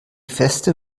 feste